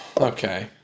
okay